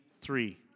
three